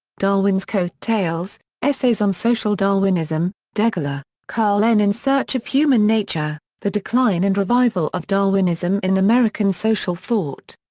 darwin's coat-tails essays on social darwinism degler, carl n. in search of human nature the decline and revival of darwinism in american social thought.